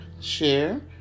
share